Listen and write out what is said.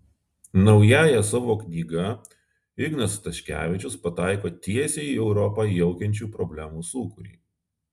naująja savo knyga ignas staškevičius pataiko tiesiai į europą jaukiančių problemų sūkurį